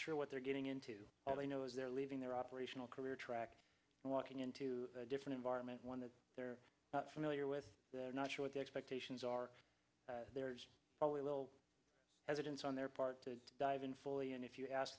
sure what they're getting into and they know if they're leaving their operational career track walking into a different environment one that they're not familiar with they're not sure the expectations are there's probably a little evidence on their part to dive in fully and if you ask